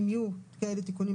אם יהיו כאלה תיקונים,